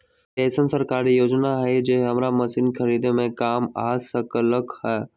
कोइ अईसन सरकारी योजना हई जे हमरा मशीन खरीदे में काम आ सकलक ह?